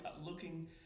looking